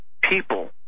people